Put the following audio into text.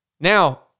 Now